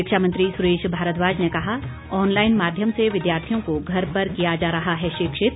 शिक्षा मंत्री सुरेश भारद्वाज ने कहा ऑनलाईन माध्यम से विद्यार्थियों को घर पर किया जा रहा है शिक्षित